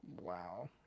Wow